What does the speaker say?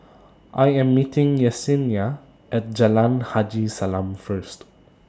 I Am meeting Yesenia At Jalan Haji Salam First